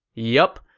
yup,